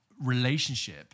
relationship